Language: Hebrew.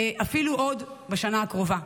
אפילו עוד בשנה הקרובה.